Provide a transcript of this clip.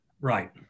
Right